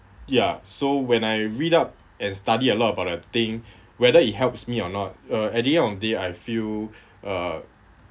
ya so when I read up and study a lot about a thing whether it helps me or not uh at the end of the day I feel uh